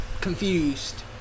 confused